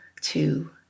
two